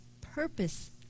purpose